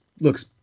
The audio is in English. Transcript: looks